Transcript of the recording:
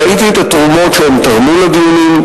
ראיתי את התרומות שהם תרמו לדיונים,